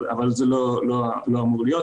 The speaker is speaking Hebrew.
אבל זה לא אמור להיות,